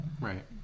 Right